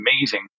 amazing